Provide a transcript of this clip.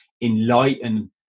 enlighten